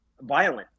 violent